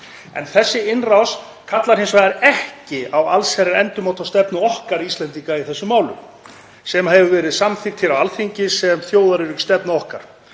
En þessi innrás kallar hins vegar ekki á allsherjarendurmat á stefnu okkar Íslendinga í þessum málum sem hefur verið samþykkt hér á Alþingi sem þjóðaröryggisstefna okkar.